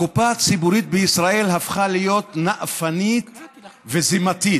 הקופה הציבורית בישראל הפכה להיות נאפנית וזימתית,